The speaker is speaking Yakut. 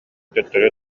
төттөрү